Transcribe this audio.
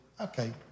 okay